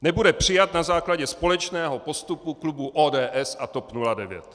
Nebude přijat na základě společného postupu klubu ODS a TOP 09.